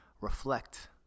reflect